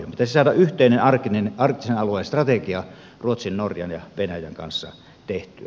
pitäisi saada yhteinen arktisen alueen strategia ruotsin norjan ja venäjän kanssa tehtyä